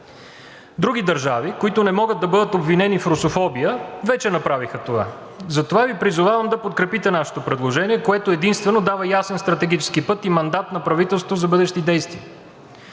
Други държави, които не могат да бъдат обвинени в русофобия, вече направиха това и затова Ви призовавам да подкрепите нашето предложение, което единствено дава ясен стратегически път и мандат на правителството за бъдещи действия.